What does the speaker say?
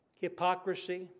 hypocrisy